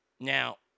Now